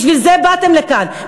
בשביל זה באתם לכאן,